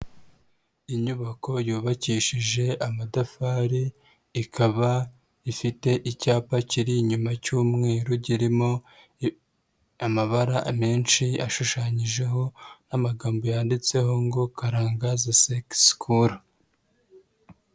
Inyubako yubakishije amatafari, ikaba ifite icyapa kiri inyuma cy'umweru girimo amabara menshi ashushanyijeho n'ama yanditseho ngo Karangazi Sec School.